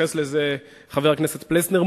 התייחס לזה חבר הכנסת פלסנר.